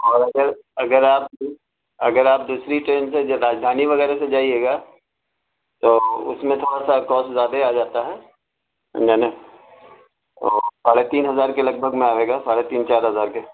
اور اگر اگر آپ دو اگر آپ دوسری ٹرین سے جو راجدھانی وغیرہ سے جائیے گا تو اس میں تھوڑا سا کاسٹ زیادہ آ جاتا ہے یعنی تو ساڑھے تین ہزار کے لگ بھگ میں آئے گا ساڑھے تین چار ہزار کے